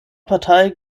partei